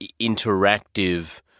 interactive